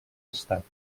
estat